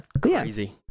crazy